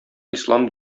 ислам